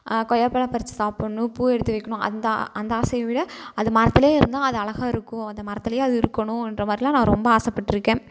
கொய்யாப்பழம் பறித்து சாப்பிட்ணும் பூ எடுத்து வைக்கிணும் அந்த அந்த ஆசையை விட அது மரத்தில் இருந்தால் அது அழகாக இருக்கும் அந்த மரத்தில் அது இருக்கணுன்ற மாதிரிலான் நான் ரொம்ப ஆசைப்பட்ருக்கேன்